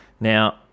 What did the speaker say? Now